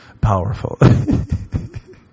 powerful